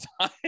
time